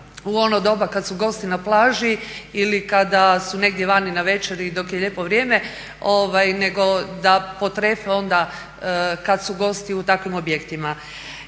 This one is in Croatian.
u ono doba kad su gosti na plaži ili kada su negdje vani na večeri dok je lijepo vrijeme nego da potrefe onda kad su gosti u takvim objektima.